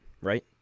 right